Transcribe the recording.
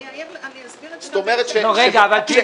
אני אסביר את זה גם בהקשר -- רגע טידה.